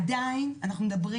עדיין אנחנו מדברים